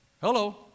Hello